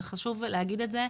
זה חשוב להגיד את זה,